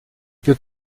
peut